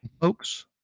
Folks